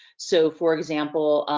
so for example,